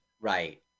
right